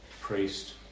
priest